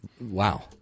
Wow